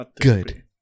Good